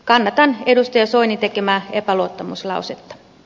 kannatan edustaja soinin tekemää epäluottamuslausetta